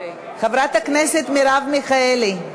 חברת הכנסת מרב מיכאלי,